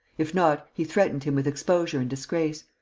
if not, he threatened him with exposure and disgrace.